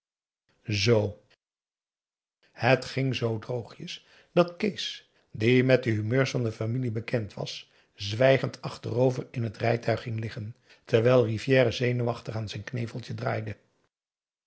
het ging zoo droogjes dat kees die met de humeurs van de familie bekend was zwijgend achterover in het rijtuig ging liggen terwijl rivière zenuwachtig aan zijn kneveltje draaide